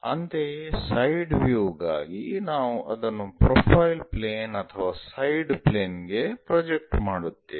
ಅಂತೆಯೇ side view ಗಾಗಿ ನಾವು ಅದನ್ನು ಪ್ರೊಫೈಲ್ ಪ್ಲೇನ್ ಅಥವಾ ಸೈಡ್ ಪ್ಲೇನ್ ಗೆ ಪ್ರೊಜೆಕ್ಟ್ ಮಾಡುತ್ತೇವೆ